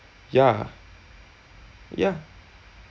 ya ya